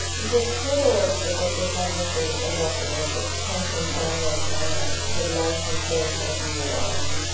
the title of the book is wonderfully evocative. it comes from flannery o'connor, the life you save may be your own.